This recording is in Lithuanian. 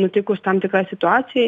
nutikus tam tikrai situacijai